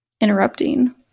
Interrupting